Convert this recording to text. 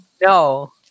No